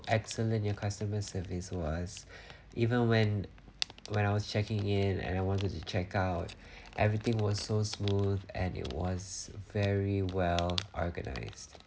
excellent your customer service was even when when I was checking in and I wanted to check out everything was so smooth and it was very well organized